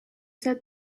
said